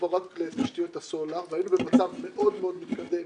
ורק לתשתיות הסולר והיינו במצב מאוד מאוד מתקדם